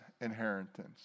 inheritance